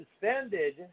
suspended